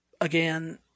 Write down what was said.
again